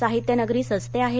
साहित्यनगरी सजते आहे